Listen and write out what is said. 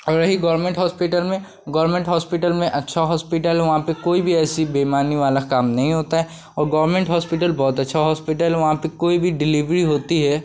और रही government hospital में गोरमेंट होस्पिटल में अच्छा होस्पिटल है वहाँ पर कोई भी ऐसी बेइमानी वाला काम नहीं होता है और गोमेंट होस्पिटल बहुत अच्छा होस्पिटल है वहाँ पर कोई भी डिलेवरी होती है